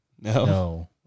no